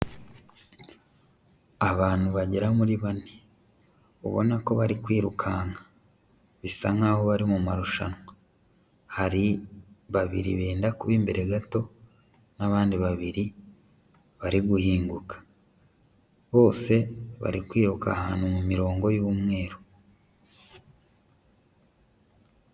Abantu bagera muri bane, ubona ko bari kwirukanka, bisa nk'aho bari mu marushanwa, hari babiri benda kuba imbere gato n'abandi babiri bari guhinguka, bose bari kwiruka ahantu mu mirongo y'umweru.